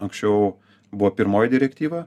anksčiau buvo pirmoji direktyva